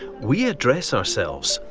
we address ourselves,